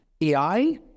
AI